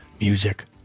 music